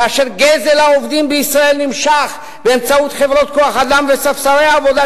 כאשר גזל העובדים בישראל נמשך באמצעות חברות-כוח אדם וספסרי עבודה,